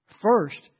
First